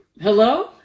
Hello